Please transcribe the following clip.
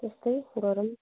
त्यस्तै गरौँ